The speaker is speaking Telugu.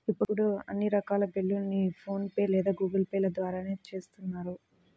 ఇప్పుడు అన్ని రకాల బిల్లుల్ని ఫోన్ పే లేదా గూగుల్ పే ల ద్వారానే చేత్తన్నారు